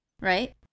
right